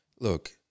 Look